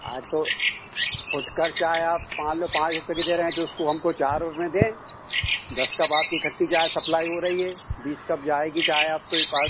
अरे तो फुटकर चाय आप मान लो पाँच रुपये की दे रहे हैं तो उसको हमको चार और में दें दस का बात इखट्टी चाय सप्लाई हो रही है बीस कप जाएगी चाय आपको पास